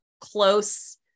close